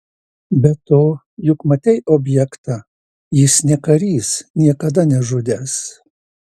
be to juk matei objektą jis ne karys niekada nežudęs